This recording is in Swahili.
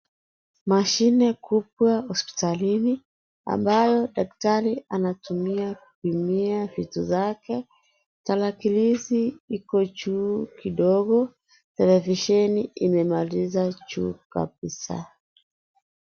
Mashine kubwa hospitalini ambayo daktari anatumia kupimia vitu zake tarakilishi iko juu kidogo televisheni imemaliza juu kabisa.